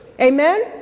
Amen